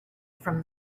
from